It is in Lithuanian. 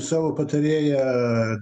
savo patarėją